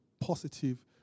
positive